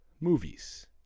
movies